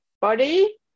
body